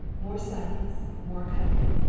more silence, more cutting,